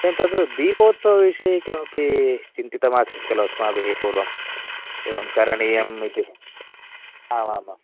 एवं तद्दीपोत्सवविषये किमपि चिन्तितमासीत् खलु अस्माभिः पूर्वम् एवं करणीयम् इति आमामाम्